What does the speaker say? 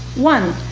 one,